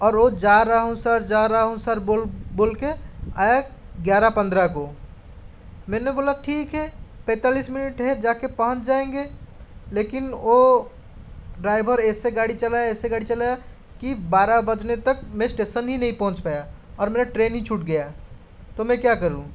और वह जा रहा हूँ जा रहा हूँ सर बोल बोल कर आया ग्यारह पंद्रह को मैंने बोला ठीक है पैंतालिस मिनट है जा के पहुँच जाएंगे लेकिन वह ड्राइवर ऐसे गाड़ी चलाया ऐसे गाड़ी चलाया कि बारह बजने तक मैं स्टेशन ही नहीं पहुँच पाया और मेरा ट्रेन ही छूट गया तो मैं क्या करूँ